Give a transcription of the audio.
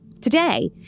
Today